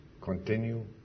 continue